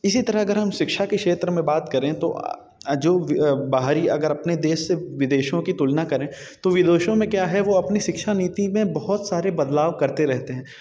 इसी तरह अगर हम शिक्षा के क्षेत्र में बात करें तो जो बाहरी अगर अपने देश से विदेशों की तुलना करें तो विदेशों में क्या है कि वो अपने शिक्षा नीति में बहुत सारे बदलाव करते रहते हैं